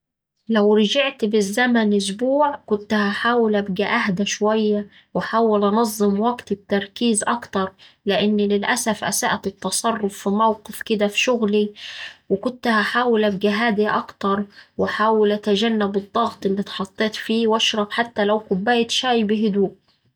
لو رجعت بالزمن أسبوع كت هحاول أبقا أهدا شوية وأحاول أنظم وقتي بتركيز أكتر لأن للأسف أسأت التصرف في موقف كدا في شغلي، وكت هحاول أبقا هادية أكتر وأحاول أتجنب الضغط اللي اتحطيت فيه وأشرب حتى لو كوباية شاي بهدوء.